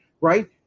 Right